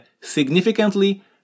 significantly